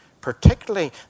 Particularly